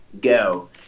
Go